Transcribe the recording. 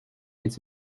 its